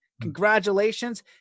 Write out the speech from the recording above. congratulations